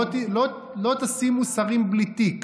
שלא תשימו שרים בלי תיק,